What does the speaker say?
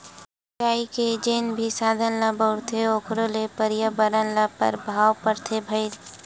सिचई के जेन भी साधन ल बउरथे ओखरो ले परयाबरन ल परभाव परथे भईर